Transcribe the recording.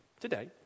Today